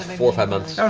four or five months.